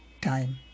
time